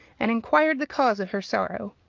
and inquired the cause of her sorrow.